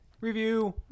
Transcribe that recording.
review